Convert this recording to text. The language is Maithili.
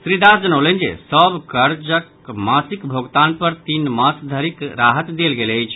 श्री दास जनौलनि जे सभ कर्जक मासिक भोगतान पर तीन मास धरिक राहत देल गेल अछि